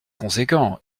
conséquent